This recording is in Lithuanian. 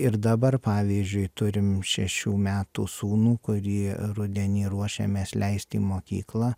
ir dabar pavyzdžiui turim šešių metų sūnų kurį rudenį ruošiamės leist į mokyklą